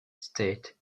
state